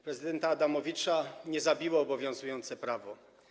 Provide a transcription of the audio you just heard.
Prezydenta Adamowicza nie zabiło obowiązujące prawo.